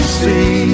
see